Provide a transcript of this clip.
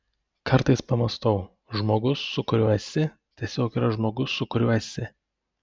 kartais pamąstau žmogus su kuriuo esi tiesiog yra žmogus su kuriuo esi